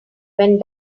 went